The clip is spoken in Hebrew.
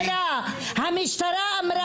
המשטרה אמרה,